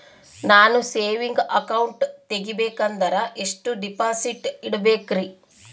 ನಾನು saving account ತೆಗಿಬೇಕಂದರ ಎಷ್ಟು ಡಿಪಾಸಿಟ್ ಇಡಬೇಕ್ರಿ?